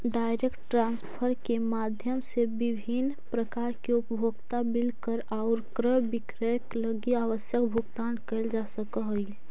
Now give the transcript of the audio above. direct transfer के माध्यम से विभिन्न प्रकार के उपभोक्ता बिल कर आउ क्रय विक्रय लगी आवश्यक भुगतान कैल जा सकऽ हइ